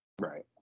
right